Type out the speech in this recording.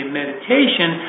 meditation